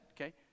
okay